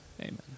Amen